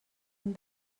une